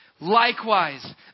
Likewise